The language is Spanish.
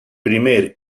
primer